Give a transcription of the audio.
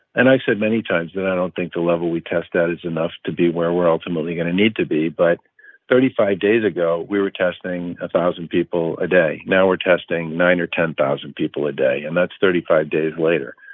and i said many times that i don't think the level we test at is enough to be where we're ultimately going to need to be. but thirty five days ago, we were testing a thousand people a day. now we're testing nine or ten thousand people a day, and that's thirty five days later.